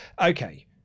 Okay